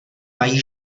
mají